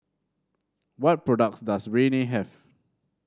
what products does Rene have